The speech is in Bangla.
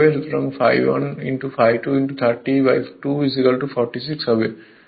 সুতরাং ∅1 ∅2 30 2 46 হবে